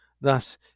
Thus